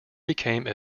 became